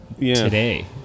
today